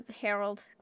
Harold